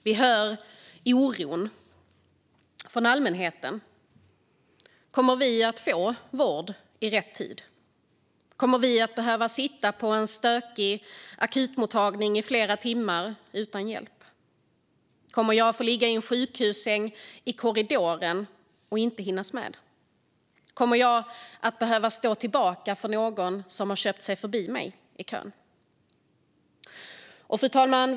Vi hör oron från allmänheten: Kommer vi att få vård i rätt tid? Kommer vi att behöva sitta på en stökig akutmottagning i flera timmar utan att få hjälp? Kommer jag att få ligga i en sjukhussäng i korridoren och inte hinnas med? Kommer jag att behöva stå tillbaka för någon som har köpt sig förbi mig i kön? Fru talman!